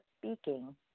speaking